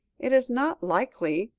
it is not likely